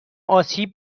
آسیب